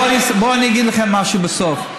אני אגיד לכם משהו: בסוף,